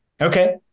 Okay